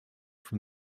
from